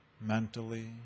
mentally